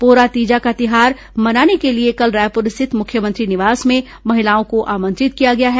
पोरा तीजा का तिहार मनाने के लिए कल रायपुर स्थित मुख्यमंत्री निवास में महिलाओं को आमंत्रित किया गया है